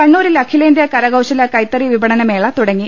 കണ്ണൂരിൽ അഖിലേന്ത്യാ കരകൌശല കൈത്തറി വിപണന മേള തുട ങ്ങി